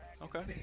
Okay